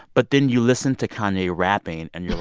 but then you listen to kanye rapping, and you're